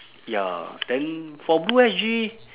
ya then for blue S_G